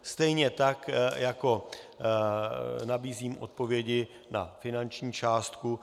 Stejně tak jako nabízím odpovědi na finanční částku.